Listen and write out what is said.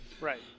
Right